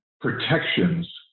protections